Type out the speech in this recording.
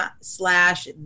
slash